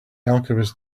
alchemist